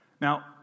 Now